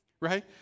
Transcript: Right